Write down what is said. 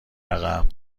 عقب